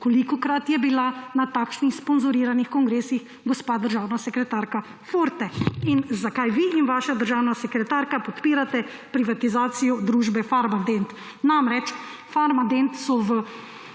Kolikokrat je bila na takšnih sponzoriranih kongresih gospa državna sekretarka Forte? In zakaj vi in vaša državna sekretarka podpirate privatizacijo družbe Farmadent? Farmadent so v